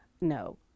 no